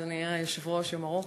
אדוני היושב-ראש, תודה, יום ארוך,